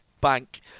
bank